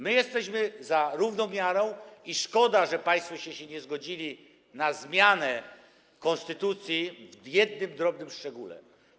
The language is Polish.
My jesteśmy za równą miarą i szkoda, że państwo się nie zgodzili na zmianę konstytucji w jednym drobnym szczególe.